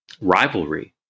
rivalry